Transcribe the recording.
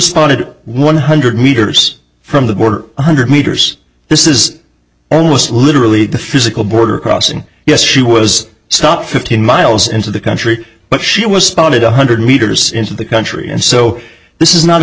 spotted one hundred meters from the border one hundred meters this is almost literally the physical border crossing yes she was stopped fifteen miles into the country but she was spotted one hundred meters into the country and so this is not a